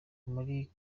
muri